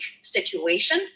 situation